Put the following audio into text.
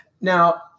Now